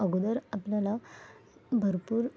अगोदर आपल्याला भरपूर